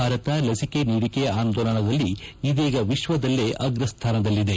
ಭಾರತ ಲಸಿಕೆ ನೀಡಿಕೆ ಆಂದೋಲನದಲ್ಲಿ ಇದೀಗ ವಿಶ್ವದಲ್ಲೇ ಅಗ್ರಸ್ಥಾನದಲ್ಲಿದೆ